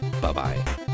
Bye-bye